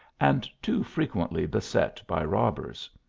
and too frequently beset by robbers.